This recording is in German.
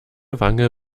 wange